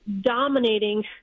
dominating